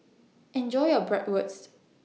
Enjoy your Bratwurst